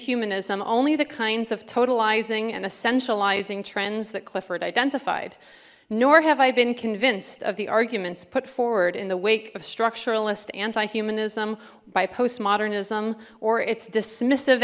humanism only the kinds of totalizing and essentializing trends that clifford identified nor have i been convinced of the arguments put forward in the wake of structuralist anti humanism by post modernism or its dismiss